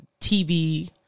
tv